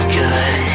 good